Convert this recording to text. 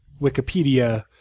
Wikipedia